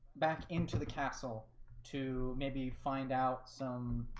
back into the castle to maybe find out some